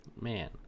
Man